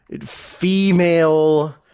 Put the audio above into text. female